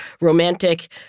romantic